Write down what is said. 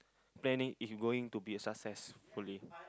planning is going to be a success hopefully